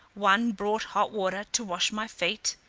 one brought hot water to wash my feet,